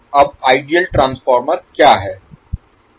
अब ideal transformer क्या है